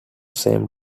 same